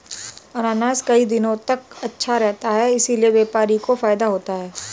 अनानास कई दिनों तक अच्छा रहता है इसीलिए व्यापारी को फायदा होता है